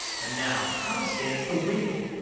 but now how stands the wind?